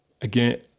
again